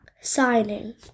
signing